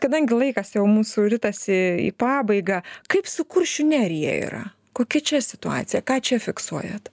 kadangi laikas jau mūsų ritasi į pabaigą kaip su kuršių nerija yra kokia čia situacija ką čia fiksuojat